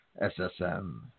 SSM